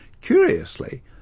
Curiously